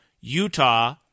Utah